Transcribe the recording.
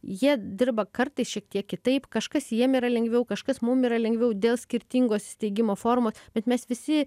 jie dirba kartais šiek tiek kitaip kažkas jiem yra lengviau kažkas mum yra lengviau dėl skirtingos steigimo formos bet mes visi